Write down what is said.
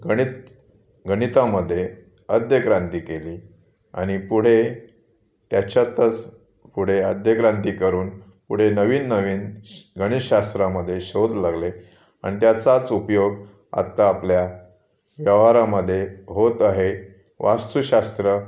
गणित गणितामध्ये आद्यक्रांती केली आणि पुढे त्याच्यातच पुढे आद्यक्रांती करून पुढे नवीन नवीन श गणित शास्त्रामध्ये शोध लागले आणि त्याचाच उपयोग आत्ता आपल्या व्यवहारामध्ये होत आहे वास्तुशास्त्र